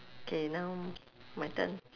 okay now my turn